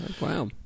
Wow